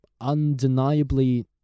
undeniably